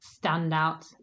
standout